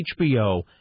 HBO